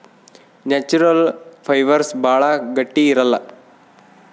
natural fibres ಭಾಳ ಗಟ್ಟಿ ಇರಲ್ಲ